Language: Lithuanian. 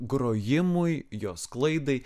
grojimui jos sklaidai